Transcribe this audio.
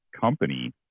company